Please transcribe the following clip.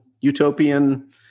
utopian